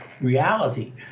reality